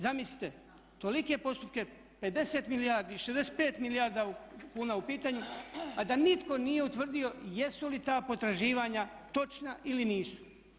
Zamislite tolike postupke 50 milijardi, 65 milijardi kuna u pitanju a da nitko nije utvrdio jesu li ta potraživanja točna ili nisu.